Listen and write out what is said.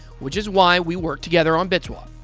which is why we work together on bitswap.